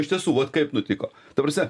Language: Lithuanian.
iš tiesų vot kaip nutiko ta prasme